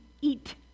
eat